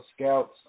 scouts